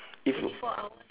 if